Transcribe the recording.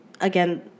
again